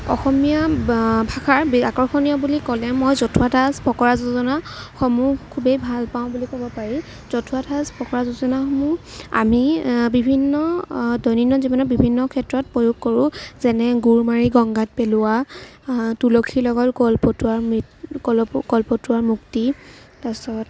অসমীয়া ভাষাৰ আকৰ্ষণীয় বুলি ক'লে মই জতুৱা ঠাঁচ ফকৰা যোজনাসমূহ খুবেই ভাল পাওঁ বুলি ক'ব পাৰি জতুৱা ঠাঁচ ফকৰা যোজনাসমূহ আমি বিভিন্ন দৈনন্দিন জীৱনত বিভিন্ন ক্ষেত্ৰত প্ৰয়োগ কৰোঁ যেনে গোৰ মাৰি গংগাত পেলোৱা তুলসীৰ লগত কলপতুৱাৰ কল কলপতুৱাৰ মুক্তি তাৰপিছত